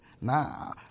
Nah